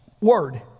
Word